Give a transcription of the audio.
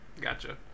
Gotcha